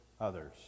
others